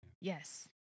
yes